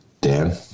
Dan